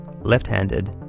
left-handed